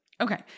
Okay